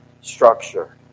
structure